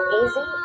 easy